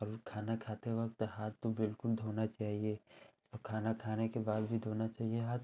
और खाना खाते वक्त तो हाथ तो बिल्कुल धोना चाहिए और खाना खाने के बाद भी धोना चाहिए हाथ